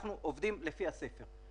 אנחנו עובדים לפי הספר.